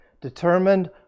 determined